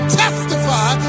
testify